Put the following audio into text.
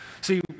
See